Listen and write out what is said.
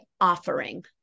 offering